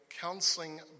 counseling